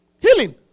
Healing